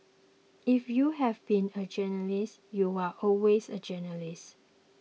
if you have been a journalist you're always a journalist